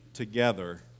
together